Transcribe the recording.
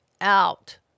out